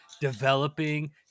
developing